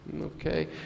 okay